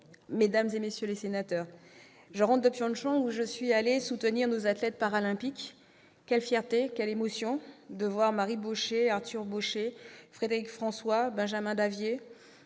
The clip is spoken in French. mesdames, messieurs les sénateurs, je reviens de Pyeongchang, où je suis allée soutenir nos athlètes paralympiques. Quelle fierté, quelle émotion de voir Marie Bochet, Arthur Bauchet, Frédéric François, Benjamin Davier